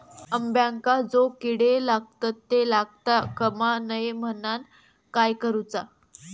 अंब्यांका जो किडे लागतत ते लागता कमा नये म्हनाण काय करूचा?